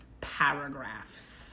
paragraphs